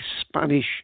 Spanish